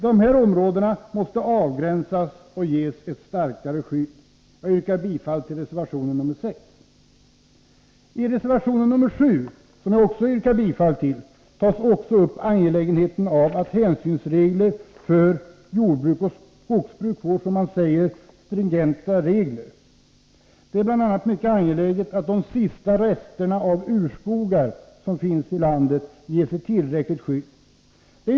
Dessa områden måste avgränsas och ges ett starkare skydd. Jag yrkar bifall till reservation 6. I reservation 7, som jag också yrkar bifall till, behandlas angelägenheten av att hänsynsreglerna för jordbruk och skogsbruk ges, som det sägs, stringenta former. Det är bl.a. mycket angeläget att de sista resterna av urskogar som finns i landet ges ett tillräckligt skydd.